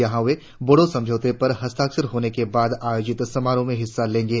यहां वे बोडो समझौते पर हस्ताक्षर होने के बाद आयोजित समारोह में हिस्सा लेंगे